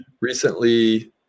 Recently